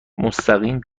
مستقیم